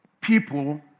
people